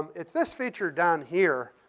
it's this feature down here.